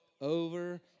over